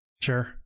sure